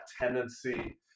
tendency